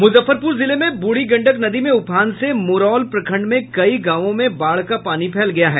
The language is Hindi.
मुजफ्फरपुर जिले में बूढ़ी गंडक नदी में उफान से मुरौल प्रखंड में कई गांवों में बाढ़ का पानी फैल गया है